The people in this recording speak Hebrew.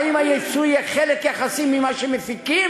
האם היצוא יהיה חלק יחסי ממה שמפיקים,